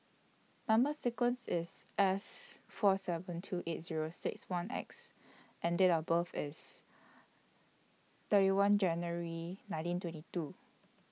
Number sequence IS S four seven two eight Zero six one X and Date of birth IS thirty one January nineteen twenty two